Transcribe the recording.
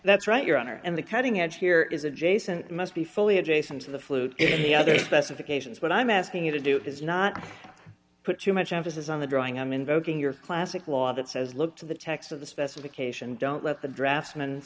that's right your honor and the cutting edge here is adjacent must be fully adjacent to the flute any other specifications what i'm asking you to do is not put too much emphasis on the drawing i'm invoking your classic law that says look to the text of the specification don't let the draughtsman